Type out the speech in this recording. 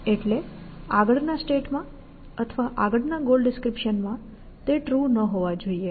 એટલે આગળના સ્ટેટ માં અથવા આગળના ગોલ ડિસ્ક્રિપ્શન માં તે ટ્રુ ના હોવા જોઈએ